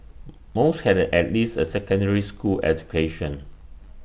most had at least A secondary school education